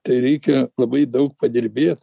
tai reikia labai daug padirbėt